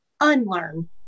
unlearn